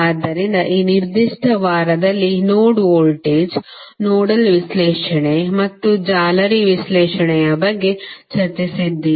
ಆದ್ದರಿಂದ ಈ ನಿರ್ದಿಷ್ಟ ವಾರದಲ್ಲಿ ನೋಡ್ ವೋಲ್ಟೇಜ್ ನೋಡಲ್ ವಿಶ್ಲೇಷಣೆ ಮತ್ತು ಜಾಲರಿ ವಿಶ್ಲೇಷಣೆಯ ಬಗ್ಗೆ ಚರ್ಚಿಸಿದ್ದೇವೆ